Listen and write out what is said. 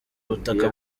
ubutaka